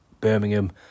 Birmingham